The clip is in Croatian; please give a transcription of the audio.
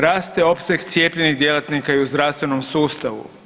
Raste opseg cijepljenih djelatnika i u zdravstvenom sustavu.